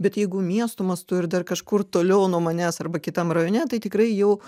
bet jeigu miesto mastu ir dar kažkur toliau nuo manęs arba kitam rajone tai tikrai jau